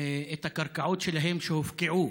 את הקרקעות שלהם שהופקעו